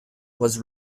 was